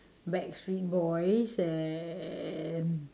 backstreet-boys and